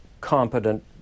competent